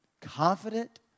confident